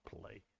play